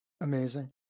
Amazing